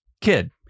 kid